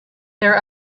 there